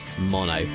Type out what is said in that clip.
mono